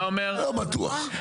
לא בטוח.